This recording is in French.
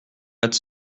être